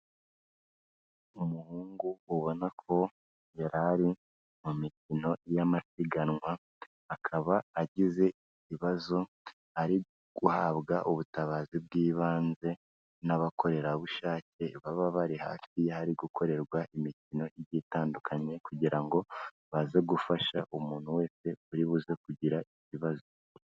Umuhungu ubona ko yari ari mu mikino y'amasiganwa, akaba agize ibibazo, ariguhabwa ubutabazi bw'ibanze n'abakorerabushake baba bari hafi yahari gukorerwa imikino igiye itandukanye kugira ngo baze gufasha umuntu wese uri buze kugira ibibazo.